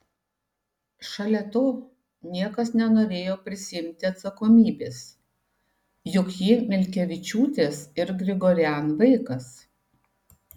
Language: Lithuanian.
šalia to niekas nenorėjo prisiimti atsakomybės juk ji milkevičiūtės ir grigorian vaikas